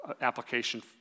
application